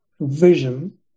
vision